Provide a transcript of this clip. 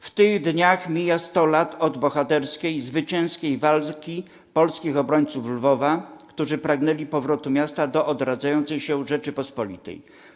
W tych dniach mija 100 lat od bohaterskiej, zwycięskiej walki polskich obrońców Lwowa, którzy pragnęli powrotu miasta do odradzającej się Rzeczypospolitej.